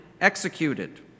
executed